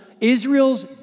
Israel's